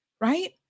right